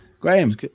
graham